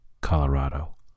Colorado